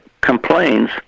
complains